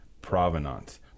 provenance